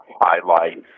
highlights